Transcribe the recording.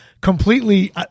completely